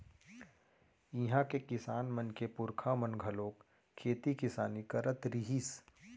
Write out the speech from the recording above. इहां के किसान मन के पूरखा मन घलोक खेती किसानी करत रिहिस